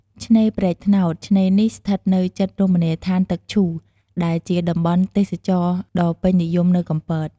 ឆ្នេរព្រែកត្នោត ឆ្នេរនេះស្ថិតនៅជិតរមណីយដ្ឋានទឹកឈូ ដែលជាតំបន់ទេសចរណ៍ដ៏ពេញនិយមនៅកំពត។